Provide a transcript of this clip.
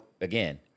again